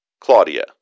Claudia